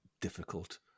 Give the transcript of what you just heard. difficult